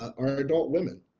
are adult women.